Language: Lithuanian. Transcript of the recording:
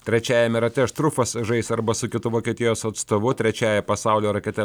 trečiajame rate štrufas žais arba su kitu vokietijos atstovu trečiąja pasaulio rakete